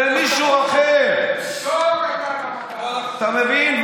למישהו אחר, אתה מבין?